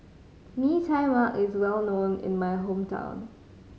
Mee Tai Mak is well known in my hometown